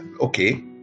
Okay